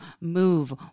move